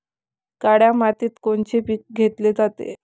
काळ्या मातीत कोनचे पिकं घेतले जाते?